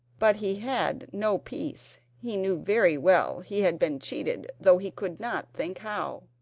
but he had no peace! he knew very well he had been cheated, though he could not think how.